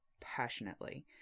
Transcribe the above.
passionately